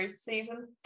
season